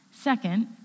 Second